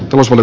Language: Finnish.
tulos oli